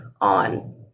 on